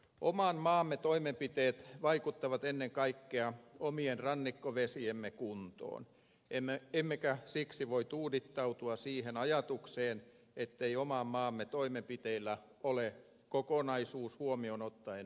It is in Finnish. oman maamme toimenpiteet vaikuttavat ennen kaikkea omien rannikkovesiemme kuntoon emmekä siksi voi tuudittautua siihen ajatukseen ettei oman maamme toimenpiteillä ole kokonaisuus huomioon ottaen merkitystä